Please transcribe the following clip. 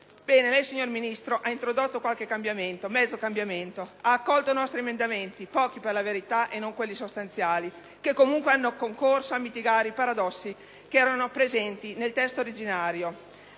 Bene, lei, signor Ministro, ha introdotto qualche cambiamento, mezzo cambiamento, ha accolto i nostri emendamenti, pochi per la verità e non quelli sostanziali, che comunque hanno concorso a mitigare i paradossi che erano presenti nel testo originario.